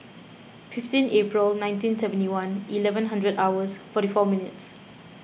fifteen April nineteen seventy one eleven hundred hours forty four minutes